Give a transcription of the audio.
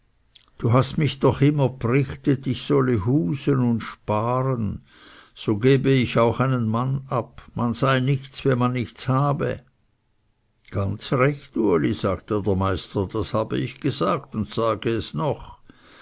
du hast mich doch immer brichtet ich solle husen und sparen so gebe ich auch einen mann ab man sei nichts wenn man nichts habe ganz recht uli sagte der meister das habe ich gesagt und sage es noch